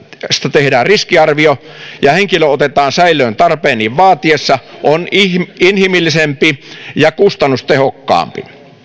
tehdään riskiarvio ja henkilö otetaan säilöön tarpeen niin vaatiessa on inhimillisempi ja kustannustehokkaampi